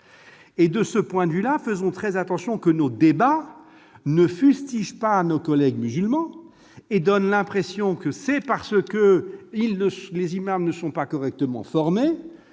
De ce point de vue, faisons très attention à ce que nos débats ne fustigent pas nos concitoyens musulmans, en donnant l'impression que c'est parce que les imams ne sont pas correctement formés